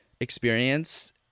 experience